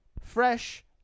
Fresh